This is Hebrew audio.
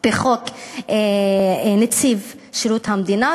בחוק שירות המדינה,